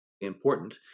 important